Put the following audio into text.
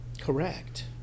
Correct